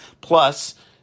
Plus